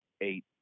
eight